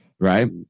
Right